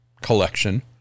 collection